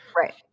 Right